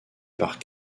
par